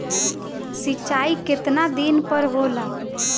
सिंचाई केतना दिन पर होला?